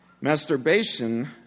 Masturbation